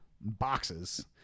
boxes